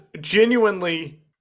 genuinely